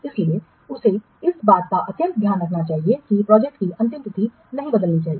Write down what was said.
इसलिए उसे इस बात का अत्यंत ध्यान रखना चाहिए कि प्रोजेक्ट की अंतिम तिथि नहीं बदलनी चाहिए